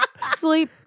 Sleep